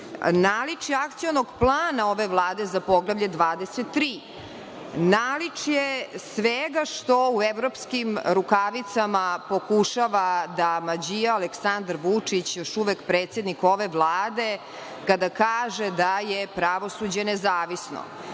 Srbije. Naličje Akcionog plana ove Vlade za Poglavlje 23. Naličje svega što u evropskim rukavicama pokušava da mađija Aleksandar Vučić, još uvek predsednik ove Vlade, kada kaže da je pravosuđe nezavisno.